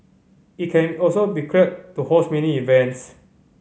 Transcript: it can also be cleared to host mini events